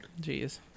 Jeez